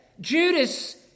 Judas